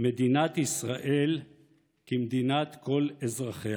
מדינת ישראל כמדינת כל אזרחיה.